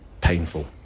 painful